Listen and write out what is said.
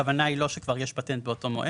שהכוונה היא לא שכבר יש פטנט באותו מועד,